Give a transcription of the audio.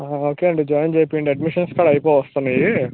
okay అండీ join చేయించండి admissions కూడా అయిపో వస్తున్నాయి